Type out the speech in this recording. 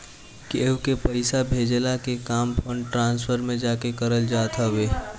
केहू के पईसा भेजला के काम फंड ट्रांसफर में जाके करल जात हवे